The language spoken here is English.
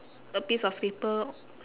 a piece of paper